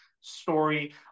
story